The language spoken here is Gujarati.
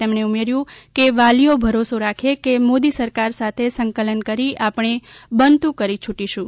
તેમણે ઉમેર્યું છે કે વાલીઓ ભરોસો રાખે કે મોદી સરકાર સાથે સંકલન કરી આપણે બનતું કરી છૂટીશું